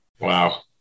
Wow